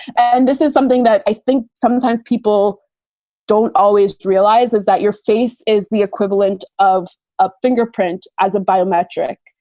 and this is something that i think sometimes people don't always realize is that your face is the equivalent of a fingerprint as a biometric.